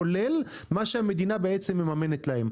כולל מה שהמדינה מממנת להם.